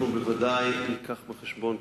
אנחנו בוודאי נביא בחשבון,